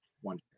one